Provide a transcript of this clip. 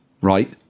right